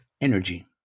energy